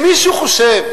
אם מישהו חושב